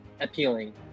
appealing